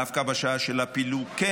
דווקא בשעה של הפילוג,